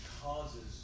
causes